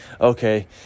Okay